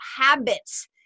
habits